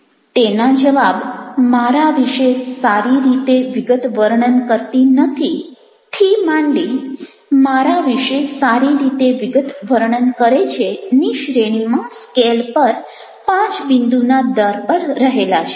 તેના જવાબ મારા વિશે સારી રીતે વિગતવર્ણન કરતી નથી" થી માંડી મારા વિશે સારી રીતે વિગતવર્ણન કરે છે ની શ્રેણીમાં સ્કેલ પર પાંચ બિન્દુના દર પર રહેલા છે